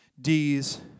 D's